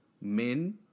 men